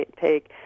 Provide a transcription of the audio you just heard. take